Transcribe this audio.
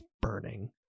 burning